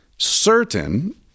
Certain